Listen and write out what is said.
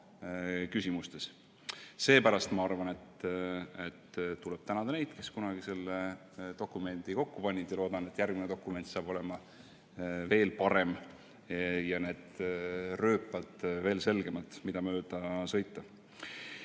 rahaküsimuses. Seepärast ma arvan, et tuleb tänada neid, kes kunagi selle dokumendi kokku panid, ja loodan, et järgmine dokument saab olema veel parem ja need rööpad, mida mööda sõita,